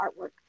artwork